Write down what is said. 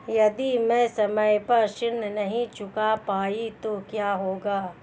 यदि मैं समय पर ऋण नहीं चुका पाई तो क्या होगा?